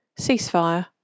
Ceasefire